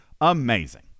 amazing